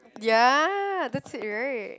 ya that's it right